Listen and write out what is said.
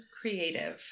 creative